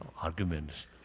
Arguments